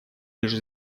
лишь